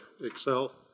Excel